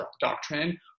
doctrine